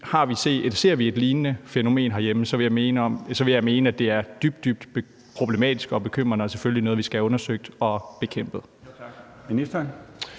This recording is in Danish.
ser vi et lignende fænomen herhjemme, så vil jeg mene, at det er dybt, dybt problematisk og bekymrende og selvfølgelig noget, vi skal have undersøgt og bekæmpet.